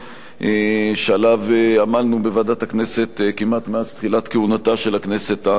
שעליו עמלנו בוועדת הכנסת כמעט מאז תחילת כהונתה של הכנסת הנוכחית.